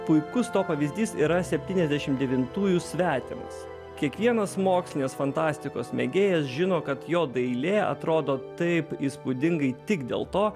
puikus to pavyzdys yra septyniasdešim devintųjų svetimas kiekvienas mokslinės fantastikos mėgėjas žino kad jo dailė atrodo taip įspūdingai tik dėl to